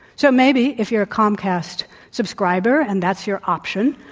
so, maybe if you're a comcast subscriber, and that's your option,